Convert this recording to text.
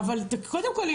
קודם כל,